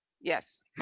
yes